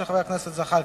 של חבר הכנסת זחאלקה.